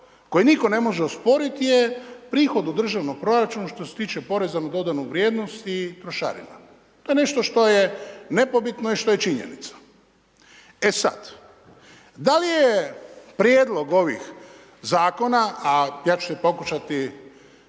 koji nitko ne može osporiti je prihod od državnog proračuna štose tiče PDV-a i trošarina. To je nešto što je nepobitno i što je činjenica. E sad, da li je prijedlog ovih zakona a ja ću se pokušati